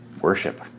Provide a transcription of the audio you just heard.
Worship